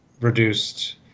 reduced